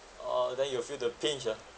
orh then you'll feel the pinch ah